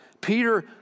Peter